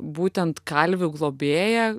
būtent kalvių globėja